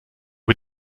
wir